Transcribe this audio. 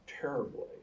terribly